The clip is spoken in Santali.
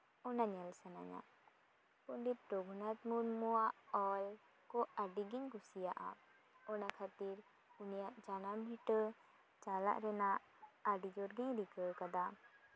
ᱚᱱᱟ ᱧᱮᱞ ᱥᱟᱱᱟᱧᱟ ᱯᱚᱱᱰᱤᱛ ᱨᱚᱜᱷᱩᱱᱟᱛᱷ ᱢᱩᱨᱢᱩᱣᱟᱜ ᱚᱞ ᱠᱚ ᱟᱹᱰᱤᱜᱤᱧ ᱠᱩᱥᱤᱭᱟᱜᱼᱟ ᱚᱱᱟ ᱠᱷᱟᱹᱛᱤᱨ ᱩᱱᱤᱭᱟᱜ ᱡᱟᱱᱟᱢ ᱵᱷᱤᱴᱟᱹ ᱪᱟᱞᱟᱜ ᱨᱮᱱᱟᱜ ᱟᱹᱰᱤ ᱡᱳᱨᱜᱮᱧ ᱨᱤᱠᱟᱹᱣ ᱠᱟᱫᱟ